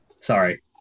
sorry